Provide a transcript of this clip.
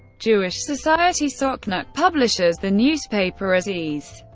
jewish society sokhnut publishes the newspaper aziz.